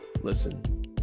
listen